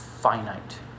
finite